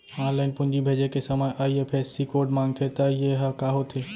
Online पूंजी भेजे के समय आई.एफ.एस.सी कोड माँगथे त ये ह का होथे?